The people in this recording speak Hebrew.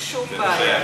זה לא שייך.